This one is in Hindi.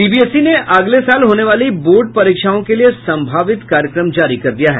सीबीएसई ने अगले साल होने वाली बोर्ड परीक्षाओं के लिये संभावित कार्यक्रम जारी कर दिया है